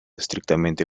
estrictamente